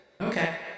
Okay